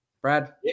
Brad